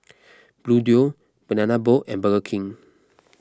Bluedio Banana Boat and Burger King